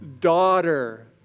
Daughter